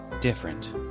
different